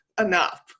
enough